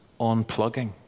unplugging